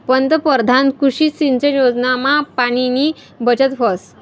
पंतपरधान कृषी सिंचन योजनामा पाणीनी बचत व्हस